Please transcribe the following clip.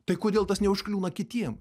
tai kodėl tas neužkliūna kitiem